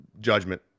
judgment